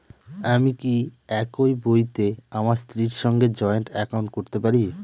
আমি কি একই বইতে আমার স্ত্রীর সঙ্গে জয়েন্ট একাউন্ট করতে পারি?